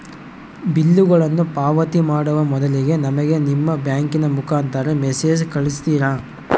ಬಿಲ್ಲುಗಳನ್ನ ಪಾವತಿ ಮಾಡುವ ಮೊದಲಿಗೆ ನಮಗೆ ನಿಮ್ಮ ಬ್ಯಾಂಕಿನ ಮುಖಾಂತರ ಮೆಸೇಜ್ ಕಳಿಸ್ತಿರಾ?